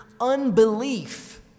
unbelief